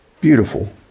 beautiful